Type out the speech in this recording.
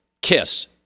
kiss